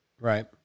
Right